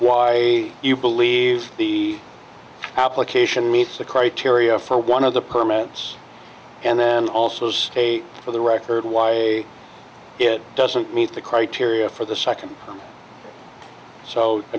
why you believe the application meets the criteria for one of the permits and then also a for the record why it doesn't meet the criteria for the second so i